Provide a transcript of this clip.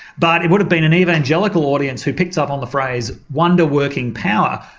but it would've been an evangelical audience who picked up on the phrase wonder-working power,